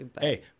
Hey